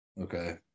Okay